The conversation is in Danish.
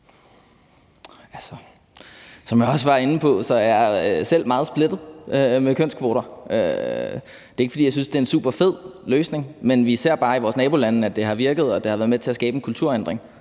som jeg også var inde på, er jeg selv meget splittet med hensyn til kønskvoter. Det er ikke, fordi jeg synes, det er en superfed løsning, men vi ser bare i vores nabolande, at det har virket, og at det har været med til at skabe en kulturændring.